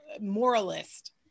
moralist